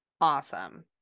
Awesome